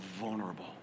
vulnerable